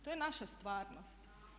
To je naša stvarnost.